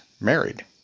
married